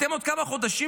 בעוד כמה חודשים,